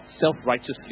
self-righteously